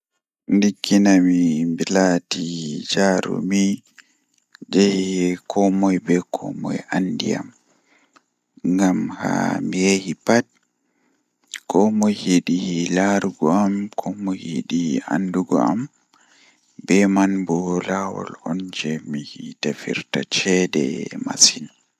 Ndikkinami mi laati jaarumi ngam koomoi be koomoi andi am ngam hami yahi pat koomoi yidi laarugo am komoi yidi andugo am be man bo laawol on jei mi tefirta ceede masin